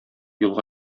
юлга